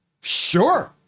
sure